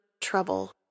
trouble